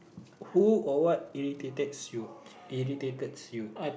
who or what irritated you irritated you